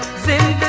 city